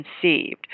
conceived